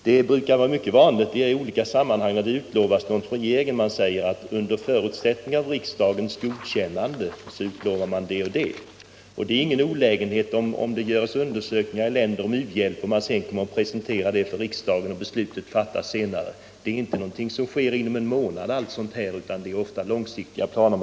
Det är mycket vanligt i olika sammanhang att regeringen utlovar någonting ”under förutsättning av riksdagens godkännande”. Det är ingen olägenhet om det görs undersökningar i länder som får u-hjälp och man sedan presenterar resultatet för riksdagen, som fattar beslut senare. Sådant är inte någonting som sker inom en månad, utan det är ofta fråga om längre tider.